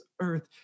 earth